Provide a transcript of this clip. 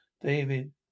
David